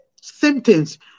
symptoms